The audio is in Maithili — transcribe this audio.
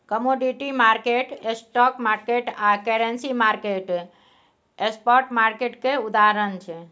कमोडिटी मार्केट, स्टॉक मार्केट आ करेंसी मार्केट स्पॉट मार्केट केर उदाहरण छै